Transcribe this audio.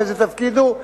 באיזה תפקיד הוא.